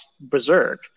berserk